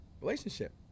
relationship